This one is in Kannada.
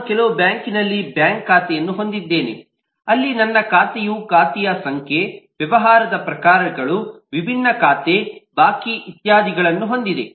ನಾನು ಕೆಲವು ಬ್ಯಾಂಕಿನಲ್ಲಿ ಬ್ಯಾಂಕ್ ಖಾತೆಯನ್ನು ಹೊಂದಿದ್ದೇನೆ ಅಲ್ಲಿ ನನ್ನ ಖಾತೆಯು ಖಾತೆಯ ಸಂಖ್ಯೆ ವ್ಯವಹಾರದ ಪ್ರಕಾರಗಳು ವಿಭಿನ್ನ ಖಾತೆ ಬಾಕಿ ಇತ್ಯಾದಿಗಳನ್ನು ಹೊಂದಿದೆ